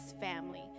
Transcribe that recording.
family